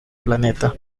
planeta